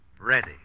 Ready